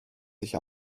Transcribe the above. sich